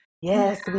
Yes